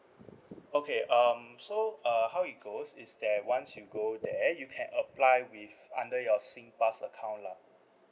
okay um so uh how it goes is that once you go there you can apply with under your singpass account lah